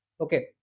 okay